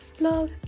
love